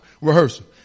rehearsal